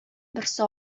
берсе